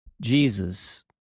Jesus